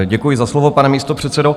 Děkuji za slovo, pane místopředsedo.